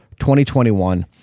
2021